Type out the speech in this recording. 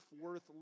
worth